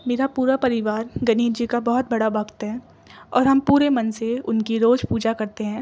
میرا پورا پریوار گنیش جی کا بہت بڑا بھکت ہے اور ہم پورے من سے ان کی روز پوجا کرتے ہیں